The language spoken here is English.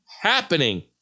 happening